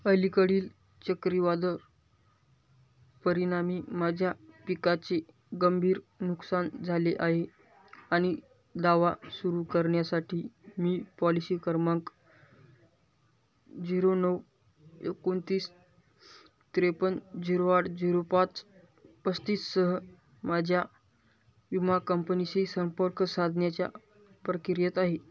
अलीकडील चक्रीवादळ परिणामी माझ्या पिकाचे गंभीर नुकसान झाले आहे आणि दावा सुरू करण्यासाठी मी पॉलिसी क्रमांक झिरो नऊ एकोणतीस त्रेपन्न झिरो आठ झिरो पाच पस्तीससह माझ्या विमा कंपनीशी संपर्क साधण्याच्या प्रक्रियेत आहे